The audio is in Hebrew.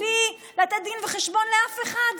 בלי לתת דין וחשבון לאף אחד.